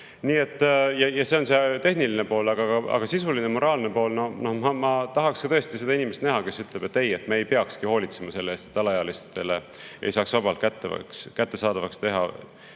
Nii et see on tehniline pool. Aga sisuline, moraalne pool: ma tahaks ka tõesti näha seda inimest, kes ütleb, et ei, me ei peaks hoolitsema selle eest, et alaealistele ei saaks vabalt kättesaadavaks teha